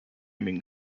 flaming